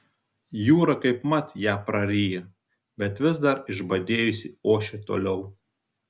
jūra kaipmat ją praryja bet vis dar išbadėjusi ošia toliau